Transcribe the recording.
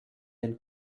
den